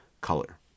color